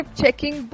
checking